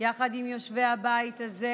יחד עם יושבי הבית הזה